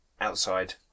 outside